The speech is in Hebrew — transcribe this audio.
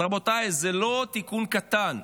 אז רבותיי, זה לא תיקון קטן,